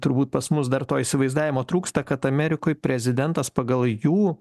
turbūt pas mus dar to įsivaizdavimo trūksta kad amerikoj prezidentas pagal jų